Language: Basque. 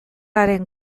haren